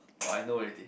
!wah! I know ready